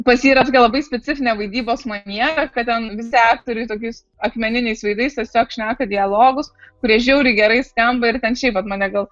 pas jį yra labai specifinė vaidybos maniera kad ten visi aktoriai tokiais akmeniniais veidais tiesiog šneka dialogus kurie žiauriai gerai skamba ir ten šiaip mane gal